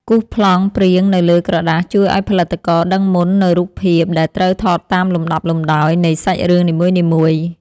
គូសប្លង់ព្រាងនៅលើក្រដាសជួយឱ្យផលិតករដឹងមុននូវរូបភាពដែលត្រូវថតតាមលំដាប់លំដោយនៃសាច់រឿងនីមួយៗ។